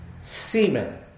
Semen